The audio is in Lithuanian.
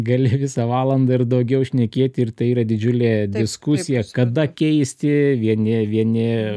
gali visą valandą ir daugiau šnekėti ir tai yra didžiulė diskusija kada keisti vieni vieni